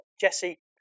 Jesse